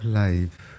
life